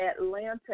Atlanta